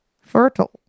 Fertile